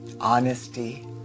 honesty